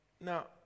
Now